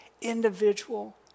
Individual